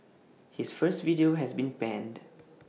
his first video has been panned